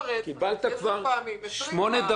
עשרים פעם- -- שמונה דקות.